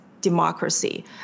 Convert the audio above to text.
democracy